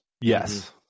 Yes